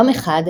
יום אחד,